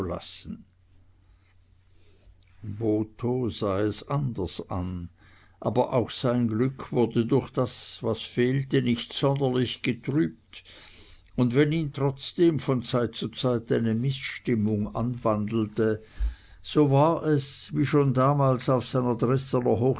lassen botho sah es anders an aber auch sein glück wurde durch das was fehlte nicht sonderlich getrübt und wenn ihn trotzdem von zeit zu zeit eine mißstimmung anwandelte so war es wie schon damals auf seiner